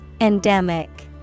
Endemic